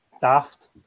Daft